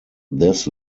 this